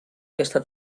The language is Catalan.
aquesta